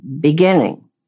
beginning